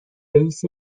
رئیس